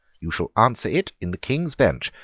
you shall answer it in the king's bench.